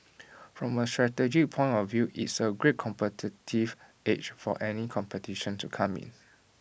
from A strategic point of view it's A great competitive edge for any competition to come in